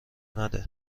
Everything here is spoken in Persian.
نده